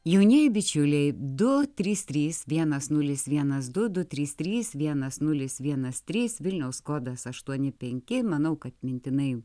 jaunieji bičiuliai du trys trys vienas nulis vienas du du trys trys vienas nulis vienas trys vilniaus kodas aštuoni penki manau kad mintinai